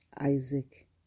Isaac